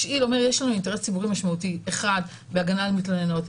אומר: יש לנו אינטרס ציבורי משמעותי בהגנה על מתלוננות,